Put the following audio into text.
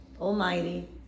almighty